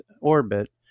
orbit